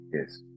Yes